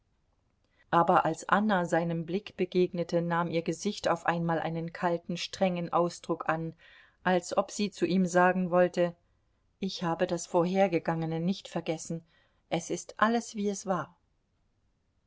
aber als anna seinem blick begegnete nahm ihr gesicht auf einmal einen kalten strengen ausdruck an als ob sie zu ihm sagen wollte ich habe das vorhergegangene nicht vergessen es ist alles wie es war